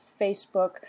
Facebook